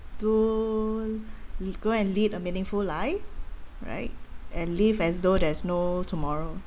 do we go and lead a meaningful life right and live as though there is no tomorrow